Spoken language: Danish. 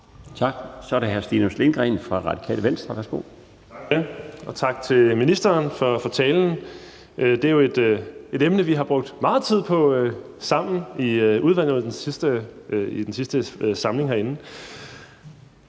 Tak. Så er det hr. Stinus Lindgreen fra Radikale Venstre. Værsgo. Kl. 15:02 Stinus Lindgreen (RV): Tak for det, og tak til ministeren for talen. Det er jo et emne, vi har brugt meget tid på sammen i udvalget i den sidste samling herinde.